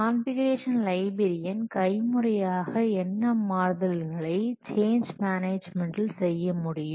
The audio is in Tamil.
கான்ஃபிகுரேஷன் லைப்ரேரியன் கைமுறையாக என்ன மாறுதல்களை சேஞ்ச் மேனேஜ்மென்ட்ல் செய்ய முடியும்